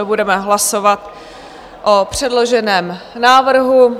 Budeme hlasovat o předloženém návrhu.